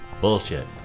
Bullshit